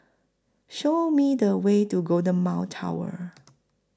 Show Me The Way to Golden Mile Tower